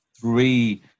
three